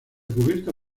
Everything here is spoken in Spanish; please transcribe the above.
cubierta